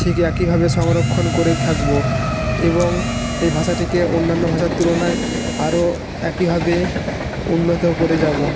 ঠিক একইভাবে সংরক্ষণ করে থাকবো এবং এই ভাষাটিকে অন্যান্য ভাষার তুলনায় আরও একইভাবে উন্নতও করে যাবো